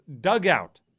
dugout